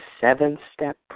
seven-step